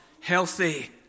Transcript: healthy